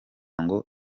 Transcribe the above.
ngo